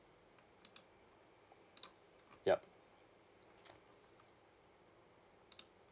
yup